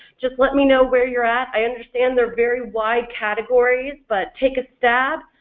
just let me know where you're at, i understand they're very wide categories, but take a stab.